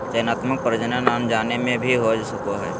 चयनात्मक प्रजनन अनजाने में भी हो सको हइ